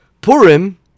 Purim